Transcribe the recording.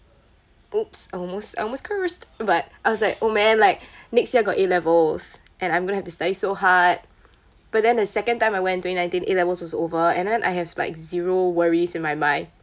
!oops! I almost I almost cursed but I was like oh man like next year got A levels and I'm going to have to study so hard but then the second time I went twenty nineteen A levels was over and then I have like zero worries in my mind